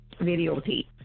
videotape